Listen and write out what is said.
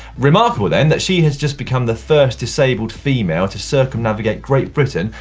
remarkable then, that she has just become the first disabled female to circumnavigate great britain,